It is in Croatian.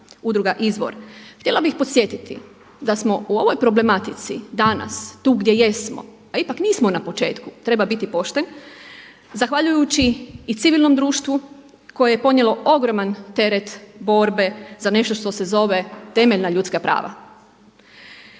udruga „Izvor“. Htjela bi podsjetiti da smo u ovoj problematici danas tu gdje jesmo a ipak nismo na početku treba biti pošten zahvaljujući i civilnom društvu koje je ponijelo ogroman teret borbe za nešto što se zove temeljna ljudska prava,